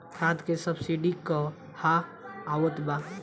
खाद के सबसिडी क हा आवत बा?